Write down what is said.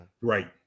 Right